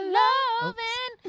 loving